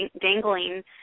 dangling